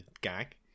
gag